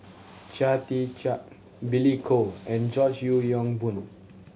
Chia Tee Chiak Billy Koh and George Yeo Yong Boon